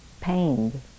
pained